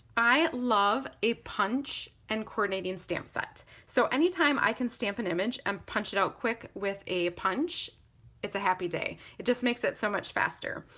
i love a punch and coordinating stamp set so anytime i can stamp an image and punch it out quick with a punch it's a happy day. it just makes it so much faster.